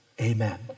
Amen